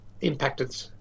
impacted